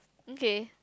okay